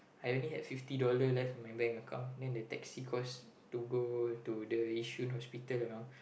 I only had fifty dollar left in my bank account then the taxi cost to go to the Yishun hospital you know